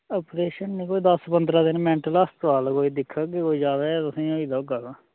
operation नी कोई दस पंदरां दिन मैंटल अस्पताल कोई दिक्खग कोई जायदा गै तुसेंगी होई गेदा होगा तां